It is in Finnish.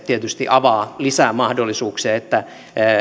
tietysti avaa lisää mahdollisuuksia että